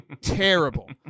terrible